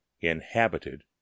inhabited